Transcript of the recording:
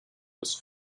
was